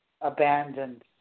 abandoned